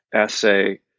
essay